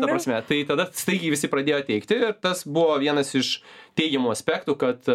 ta prasme tai tada staigiai visi pradėjo teikti tas buvo vienas iš teigiamų aspektų kad